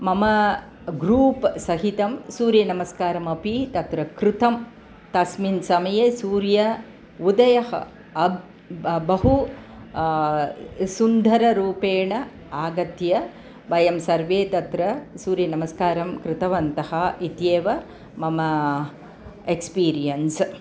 मम ग्रूप्सहितं सूर्यनमस्कारमपि तत्र कृतं तस्मिन् समये सूर्योदयः अब् अब् बहु सुन्दररूपेण आगत्य वयं सर्वे तत्र सूर्यनमस्कारं कृतवन्तः इत्येव मम एक्स्पीरियन्स्